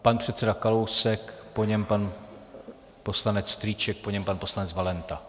Pan předseda Kalousek, po něm pan poslanec Strýček, po něm pan poslanec Valenta.